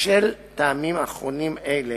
בשל טעמים אחרונים אלה